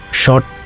short